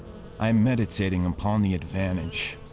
i am meditating upon the advantage